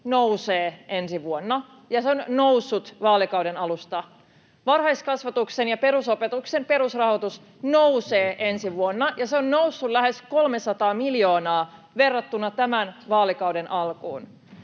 nousee ensi vuonna ja se on noussut vaalikauden alusta. Varhaiskasvatuksen ja perusopetuksen perusrahoitus nousee ensi vuonna ja on noussut lähes 300 miljoonaa verrattuna tämän vaalikauden alkuun.